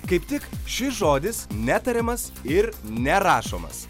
kaip tik šis žodis netariamas ir nerašomas